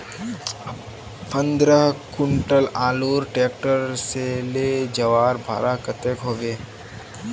पंद्रह कुंटल आलूर ट्रैक्टर से ले जवार भाड़ा कतेक होबे?